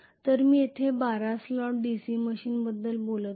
तर मी येथे 12 स्लॉट DC मशीनबद्दल बोलत आहे